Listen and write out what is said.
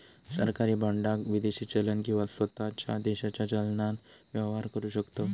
सरकारी बाँडाक विदेशी चलन किंवा स्वताच्या देशाच्या चलनान व्यवहार करु शकतव